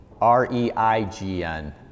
r-e-i-g-n